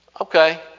Okay